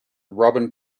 robin